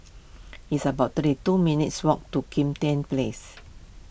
it's about thirty two minutes' walk to Kim Tian Place